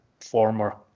former